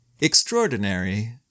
Extraordinary